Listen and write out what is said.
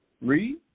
Read